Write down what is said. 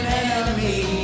enemy